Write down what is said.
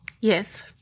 yes